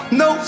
no